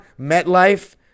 MetLife